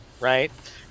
Right